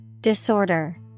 Disorder